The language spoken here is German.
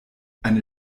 eine